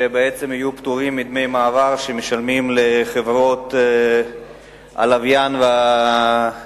שבעצם יהיו פטורים מדמי מעבר שמשלמים לחברות הלוויין והכבלים.